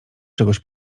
czegoś